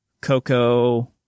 Coco